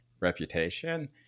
reputation